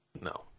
No